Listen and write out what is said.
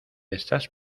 estas